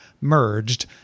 merged